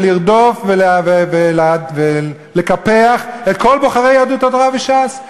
לרדוף ולקפח את כל בוחרי יהדות התורה וש"ס.